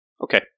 Okay